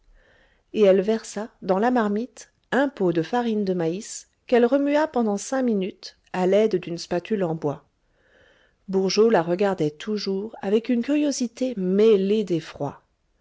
et elle versa dans la marmite un pot de farine de maïs qu'elle remua pendant cinq minutes à l'aide d'une spatule en bois bourgeot la regardait toujours avec une curiosité mêlée